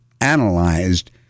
analyzed